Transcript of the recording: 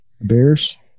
bears